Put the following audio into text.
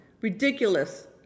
ridiculous